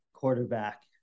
quarterback